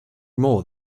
more